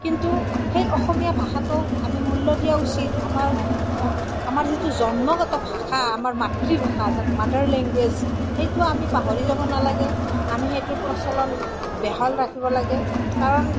কিন্তু সেই অসমীয়া ভাষাটোক আমি মূল্য় দিয়া উচিত আমাৰ অ আমাৰ যিটো জন্মগত ভাষা আমাৰ মাতৃভাষা যাক মাডাৰ লেংগুৱেজ সেইটো আমি পাহৰি যাব নালাগে আমি সেইটোৰ প্ৰচলন বাহাল ৰাখিব লাগে কাৰণ